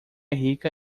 rica